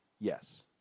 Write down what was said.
Yes